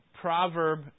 proverb